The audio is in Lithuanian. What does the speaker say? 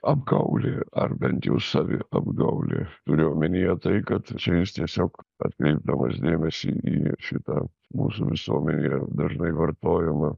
apgaulė ar bent jau saviapgaulė turiu omenyje tai kad čia jis tiesiog atkreipdamas dėmesį į šitą mūsų visuomenėje dažnai vartojamą